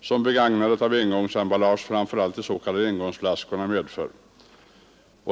som begagnandet av engångsemballage, framför allt de s.k. engångsflaskorna, medför”.